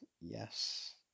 yes